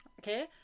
okay